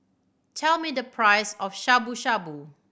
tell me the price of Shabu Shabu